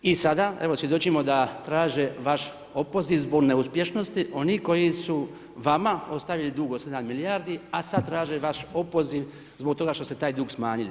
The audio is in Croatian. I sada evo svjedočimo da traže vaš opoziv zbog neuspješnosti, oni koji su vama ostavili dug od 7 milijardi, a sada traže vaš opoziv zbog toga što su taj dug smanjili.